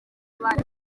abandi